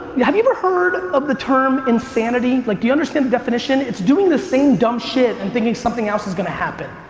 yeah have you ever heard of the term insanity, like do you understand the definition, it's doing the same dumb shit and thinking something else is gonna happen.